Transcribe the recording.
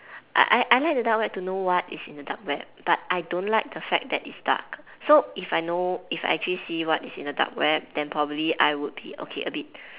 I I I like the dark web to know what is in the dark web but I don't like the fact that is dark so if I know if I actually see what is in the dark web then probably I would be okay a bit